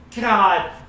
God